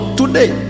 today